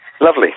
Lovely